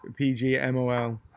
PGMOL